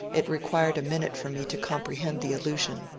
it required a minute for me to comprcfhend the allusion.